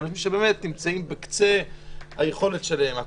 אנשים שנמצאים בקצה היכולת שלהם,